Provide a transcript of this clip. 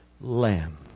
lamb